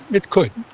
it could,